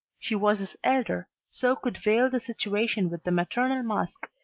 she was his elder, so could veil the situation with the maternal mask,